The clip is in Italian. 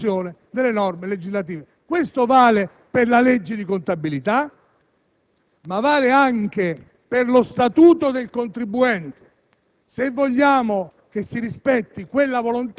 presiedere al rispetto delle regole nella produzione delle norme legislative. Questo vale per la legge di contabilità, ma vale anche per lo Statuto del contribuente.